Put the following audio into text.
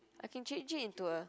I can change it into a